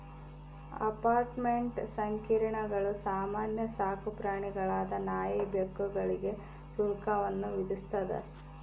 apartment ಸಂಕೀರ್ಣಗಳು ಸಾಮಾನ್ಯ ಸಾಕುಪ್ರಾಣಿಗಳಾದ ನಾಯಿ ಬೆಕ್ಕುಗಳಿಗೆ ಶುಲ್ಕವನ್ನು ವಿಧಿಸ್ತದ